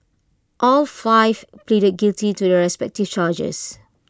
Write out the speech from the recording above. all five pleaded guilty to their respective charges